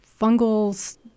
fungals